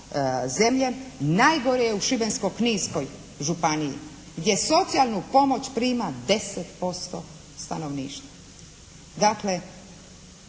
Najgore je u Šibensko-kninskoj županiji gdje socijalnu pomoć prima 10% stanovništva.